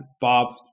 bob